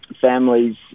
families